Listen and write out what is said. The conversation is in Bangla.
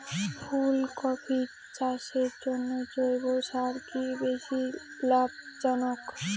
ফুলকপি চাষের জন্য জৈব সার কি বেশী লাভজনক?